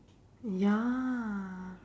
ya